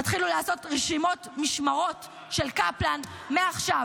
תתחילו לעשות רשימות משמרות של קפלן מעכשיו,